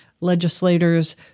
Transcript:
legislators